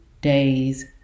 days